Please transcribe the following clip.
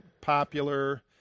popular